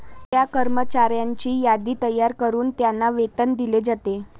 त्या कर्मचाऱ्यांची यादी तयार करून त्यांना वेतन दिले जाते